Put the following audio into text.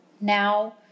now